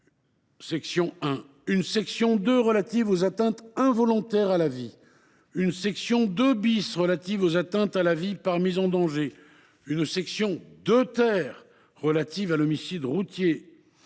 la vie ; une section 2 relative aux atteintes involontaires à la vie ; une section 2 relative aux atteintes à la vie par mise en danger ; une section 2 relative à l’homicide routier